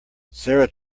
sarah